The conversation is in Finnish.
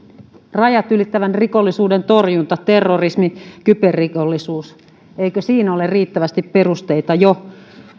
rajat ylittävän rikollisuuden torjunta terrorismi kyberrikollisuus eikö siinä ole riittävästi perusteita jo